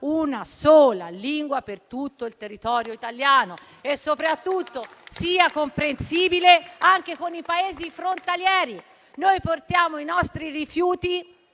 una sola lingua per tutto il territorio italiano e, soprattutto, sia comprensibile anche ai Paesi frontalieri. Noi portiamo i nostri rifiuti